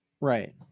Right